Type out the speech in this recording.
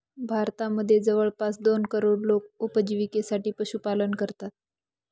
भारतामध्ये जवळपास दोन करोड लोक उपजिविकेसाठी पशुपालन करतात